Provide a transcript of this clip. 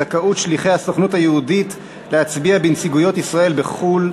זכאות שליחי הסוכנות היהודית להצביע בנציגויות ישראל בחו"ל),